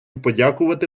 подякувати